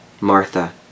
Martha